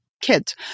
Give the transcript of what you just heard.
kids